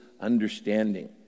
understanding